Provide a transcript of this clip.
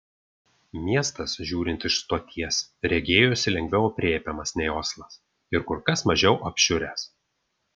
miestas žiūrint iš stoties regėjosi lengviau aprėpiamas nei oslas ir kur kas mažiau apšiuręs